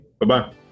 Bye-bye